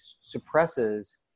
suppresses